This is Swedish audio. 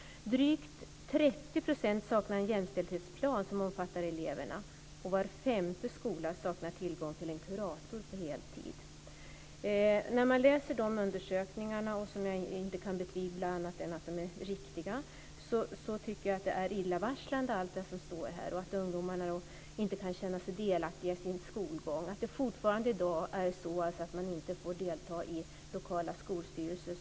Drygt 30 % saknade en jämställdhetsplan som omfattar eleverna - Var femte skola saknade tillgång till en kurator på heltid". När jag läser om undersökningarna - jag kan inte betvivla att de är riktiga - tycker jag att allt som står är illavarslande. Ungdomarna kan inte känna sig delaktiga i sin skolgång och det är fortfarande i dag så att de inte får delta i lokala skolstyrelser.